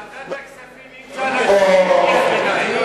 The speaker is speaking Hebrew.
בוועדת הכספים אי-אפשר לקרוא קריאות ביניים,